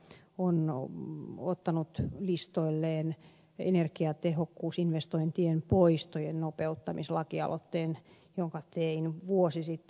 energiatehokkuustoimikunta on ottanut listoilleen energiatehokkuusinvestointien poistojen nopeuttamislakialoitteen jonka tein vuosi sitten